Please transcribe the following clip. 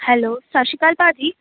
hello ਸਤਿ ਸ਼੍ਰੀ ਅਕਾਲ ਭਾਅ ਜੀ